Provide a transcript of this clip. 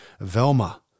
Velma